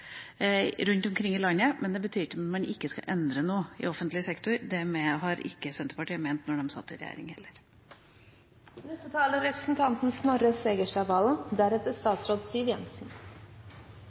rundt omkring i landet, men det betyr ikke at man ikke skal endre noe i offentlig sektor. Det mente heller ikke Senterpartiet da de satt i regjering. Jeg setter stor pris på representanten